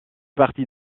partie